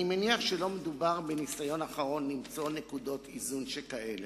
אני מניח שלא מדובר בניסיון אחרון למצוא נקודות איזון שכאלה.